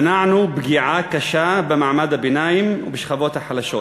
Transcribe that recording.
מנענו פגיעה קשה במעמד הביניים ובשכבות החלשות.